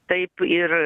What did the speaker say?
taip ir